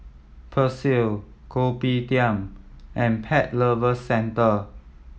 Persil Kopitiam and Pet Lovers Centre